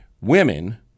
Women